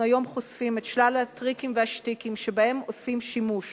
אנחנו היום חושפים את שלל הטריקים והשטיקים שבהם עושים שימוש